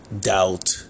doubt